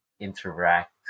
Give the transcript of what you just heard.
interact